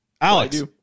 Alex